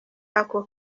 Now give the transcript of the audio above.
ako